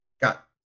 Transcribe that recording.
got